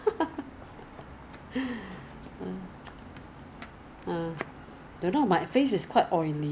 会越来越油 leh 因为 the reason why is 油 is because there is no moisture in your skin so 他你的脸